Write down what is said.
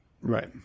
Right